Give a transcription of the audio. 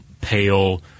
pale